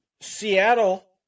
Seattle